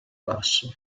basso